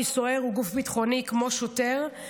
כי סוהר הוא בגוף ביטחוני כמו שוטר,